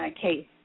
case